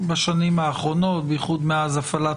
בשנים האחרונות, בייחוד מאז הפעלת